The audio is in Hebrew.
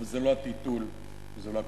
אבל זה לא הטיטול וזה לא ה"קוטג'"